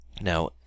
Now